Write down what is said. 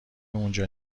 اونجا